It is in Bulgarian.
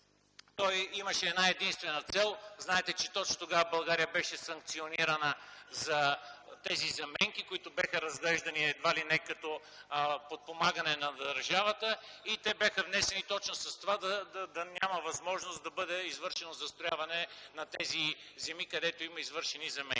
Той имаше една-единствена цел. Знаете, че точно тогава България беше санкционирана за тези заменки, които бяха разглеждани едва ли не като подпомагане на държавата. Те бяха внесени, точно за да няма възможност да бъде застроявано върху тези земи, където има извършени заменки.